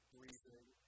Breathing